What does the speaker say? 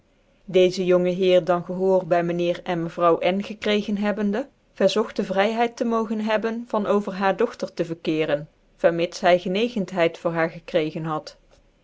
dcezc jonge heer dan gehoor hy myn heer en mevrouw n gekregen hebbende verzogt de vryheid tc mogen hebben van over haar dogter te ycrkcercn vermits zy genegentheid voor haar gckrccgen had